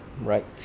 Right